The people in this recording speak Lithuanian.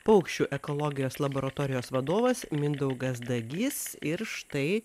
paukščių ekologijos laboratorijos vadovas mindaugas dagys ir štai